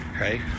right